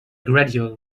gradual